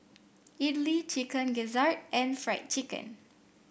idly Chicken Gizzard and Fried Chicken